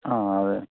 ആ അതെ